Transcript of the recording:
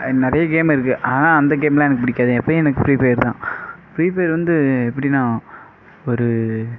நிறையா கேம் இருக்கு ஆனால் அந்த கேம்லாம் எனக்கு பிடிக்காது எப்பயும் எனக்கு ஃப்ரீஃபயர் தான் ஃப்ரீஃபயர் வந்து எப்படின்னா ஒரு